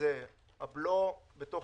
הבלו בתוך